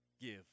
Give